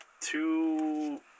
two